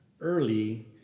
early